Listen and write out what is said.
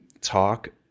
talk